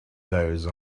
those